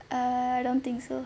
I don't think so